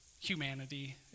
humanity